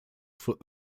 foot